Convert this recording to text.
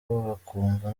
bakumva